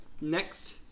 Next